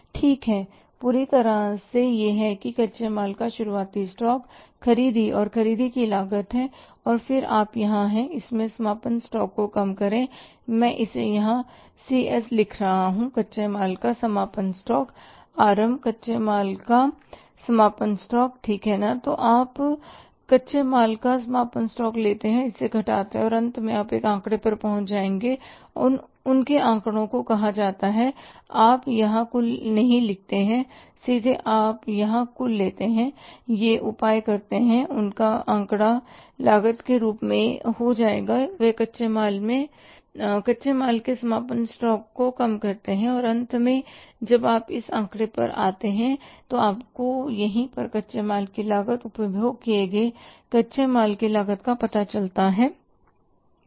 ठीक है पूरी तरह से यह है कि कच्चे माल का शुरुआती स्टॉक खरीदी और खरीदी की लागत है और फिर आप यहाँ है इसमें समापन स्टॉक को कम करें मैं इसे यहां सी एस लिख रहा हूँ कच्चे माल का समापन स्टॉक आर एम कच्चे माल का समापन स्टॉक ठीक है ना है तो आप कच्चे माल का समापन स्टॉक लेते हैं और इसे घटाते हैं और अंत में आप एक आंकड़े पर पहुंच जाएंगे और उनके आंकड़े को कहा जाता है आप यहां कुल नहीं लिखते हैं सीधे आप यहां कुल लेते हैं और यह उपाय करते हैं कि उनका आंकड़ा लागत के रूप में हो जाएगा यह कच्चे माल में कच्चे माल के समापन स्टॉक को कम करते हैं और अंत में जब आप इस आंकड़े पर आते हैं तो आपको यहीं पर कच्चे माल की लागत उपभोग किए कच्चे माल की लागत का पता चलता है